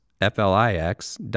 F-L-I-X